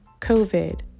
COVID